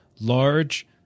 large